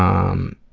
um.